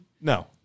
No